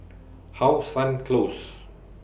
How Sun Close